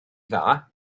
dda